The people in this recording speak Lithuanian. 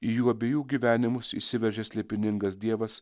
į jų abiejų gyvenimus įsiveržė slėpiningas dievas